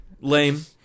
Lame